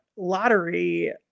lottery